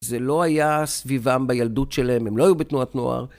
זה לא היה סביבם בילדות שלהם, הם לא היו בתנועת נוער.